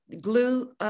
Glue